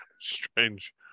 Strange